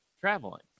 traveling